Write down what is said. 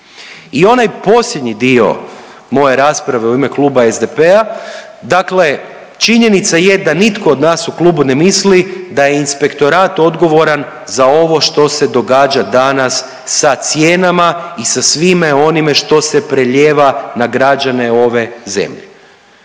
I onaj posljednji dio moje rasprave u ime Kluba SDP-a, dakle činjenica je da nitko od nas u klubu ne misli da je inspektorat odgovoran za ovo što se događa danas sa cijenama i sa svime onime što se preljeva na građane ove zemlje.